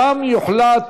ושם יוחלט